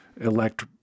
elect